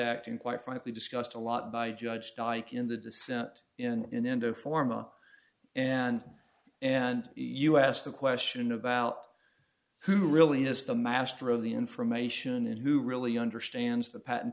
and quite frankly discussed a lot by judge dyke in the dissent in the end of forma and and us the question about who really is the master of the information and who really understands the patent